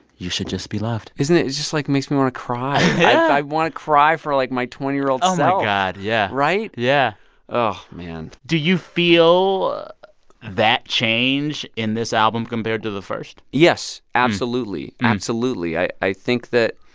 you should just be loved isn't it it's just, like, makes me want to cry yeah i want to cry for, like, my twenty year old self oh, my god, yeah right? yeah oh, man do you feel that change in this album compared to the first? yes, absolutely. absolutely. i i think that